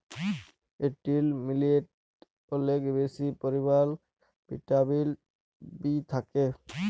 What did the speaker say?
little মিলেটে অলেক বেশি পরিমালে ভিটামিল বি থ্যাকে